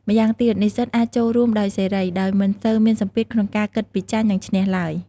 ម្យ៉ាងទៀត និស្សិតអាចចូលរួមដោយសេរី ដោយមិនសូវមានសម្ពាធក្នុងការគិតពីចាញ់ និងឈ្នះឡើយ។